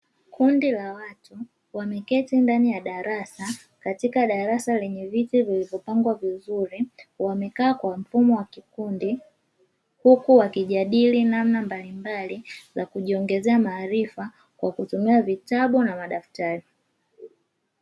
Kundi la watu wameketi ndani ya darasa katika darasa lenye viti vilivyopangwa vizuri, wamekaa kwa mfumo wa kikundi huku wakijadili namna mbalimbali za kujiongezea maarifa kwa kutumia vitabu na madaftari.